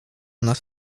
nas